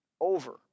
over